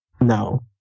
no